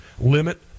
Limit